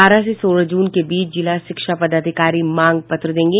बारह से सोलह जून के बीच जिला शिक्षा पदाधिकारी मांग पत्र देंगे